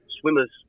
swimmers